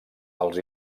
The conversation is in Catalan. els